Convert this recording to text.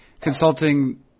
consulting